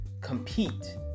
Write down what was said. compete